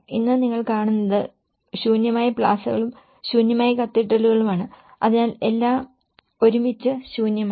ഇന്ന് നിങ്ങൾ കാണുന്നത് ശൂന്യമായ പ്ലാസകളും ശൂന്യമായ കത്തീഡ്രലുകളുമാണ് അതിനാൽ എല്ലാം ഒരുമിച്ച് ശൂന്യമാണ്